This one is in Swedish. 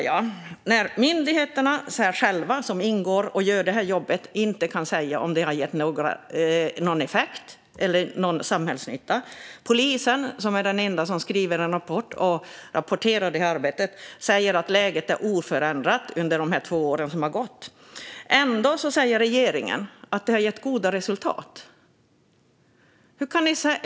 De myndigheter som ingår i detta och gör jobbet kan inte säga om det har gett någon effekt eller någon samhällsnytta. Polisen, som är de enda som har skrivit en rapport om arbetet, säger att läget är oförändrat efter de två år som har gått. Ändå säger regeringen att det har gett goda resultat.